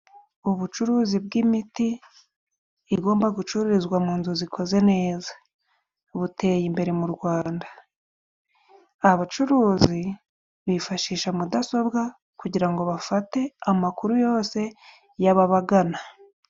Ubucuruzi bw'imiti igomba gucururizwa mu nzu zikoze neza， buteye imbere mu Rwanda. Abacuruzi bifashisha mudasobwa， kugira ngo bafate amakuru yose y'ababagana.